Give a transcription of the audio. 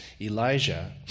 Elijah